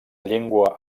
llengua